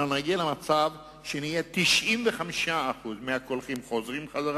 נגיע למצב ש-95% מהקולחין יחזרו,